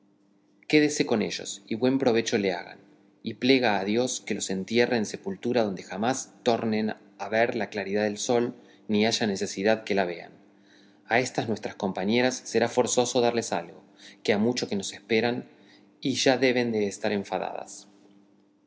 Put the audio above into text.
quédese con ellos y buen provecho le hagan y plega a dios que los entierre en sepultura donde jamás tornen a ver la claridad del sol ni haya necesidad que la vean a estas nuestras compañeras será forzoso darles algo que ha mucho que nos esperan y ya deben de estar enfadadas